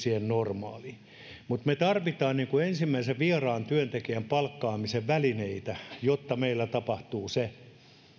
siihen normaaliin me tarvitsemme ensimmäisen vieraan työntekijän palkkaamiseen välineitä jotta meillä ylitetään se